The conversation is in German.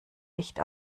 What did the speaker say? licht